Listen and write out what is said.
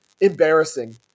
embarrassing